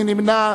מי נמנע?